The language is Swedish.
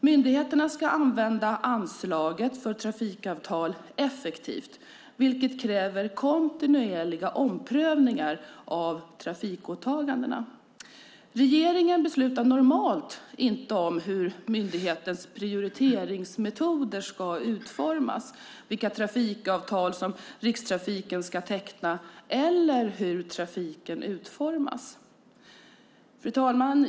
Myndigheterna ska använda anslaget för trafikavtal effektivt, vilket kräver kontinuerliga omprövningar av trafikåtagandena. Regeringen beslutar normalt inte om hur myndighetens prioriteringsmetoder ska utformas, vilka trafikavtal som Rikstrafiken ska teckna eller hur trafiken ska utformas. Fru talman!